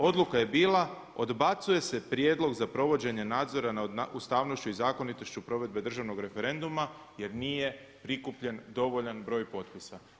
Odluka je bila odbacuje se prijedlog za provođenje nadzora nad ustavnošću i zakonitošću provedbe državnog referenduma jer nije prikupljen dovoljan broj potpisa.